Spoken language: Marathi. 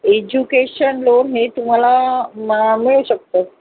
एज्युकेशन लोन हे तुम्हाला म मिळू शकतं